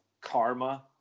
karma